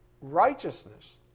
righteousness